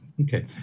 Okay